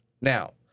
Now